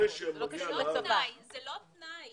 זה לא תנאי.